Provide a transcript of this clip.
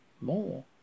more